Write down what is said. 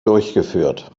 durchgeführt